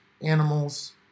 animals